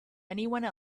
anyone